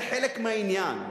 זה חלק מהעניין.